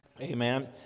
Amen